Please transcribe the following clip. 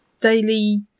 daily